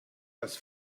dass